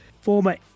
former